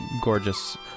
gorgeous